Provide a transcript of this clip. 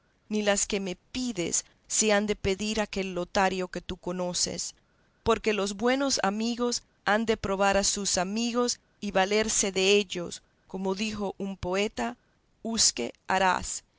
ni las que me pides se han de pedir a aquel lotario que tú conoces porque los buenos amigos han de probar a sus amigos y valerse dellos como dijo un poeta usque